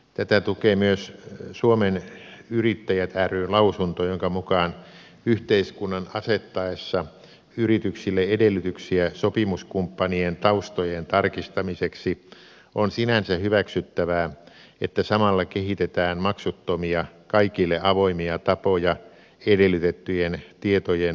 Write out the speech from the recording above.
tätä tukee myös suomen yrittäjät ryn lausunto jonka mukaan yhteiskunnan asettaessa yrityksille edellytyksiä sopimuskumppanien taustojen tarkistamiseksi on sinänsä hyväksyttävää että samalla kehitetään maksuttomia kaikille avoimia tapoja edellytettyjen tietojen tarkistamiseen